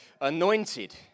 Anointed